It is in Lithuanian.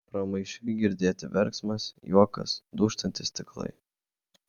pramaišiui girdėti verksmas juokas dūžtantys stiklai